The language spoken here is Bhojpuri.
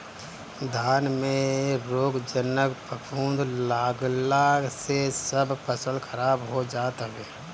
धान में रोगजनक फफूंद लागला से सब फसल खराब हो जात हवे